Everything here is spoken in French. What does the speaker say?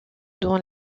dans